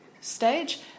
stage